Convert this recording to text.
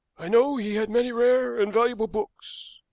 i know he had many rare and valuable books,